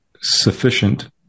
sufficient